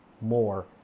more